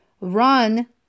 run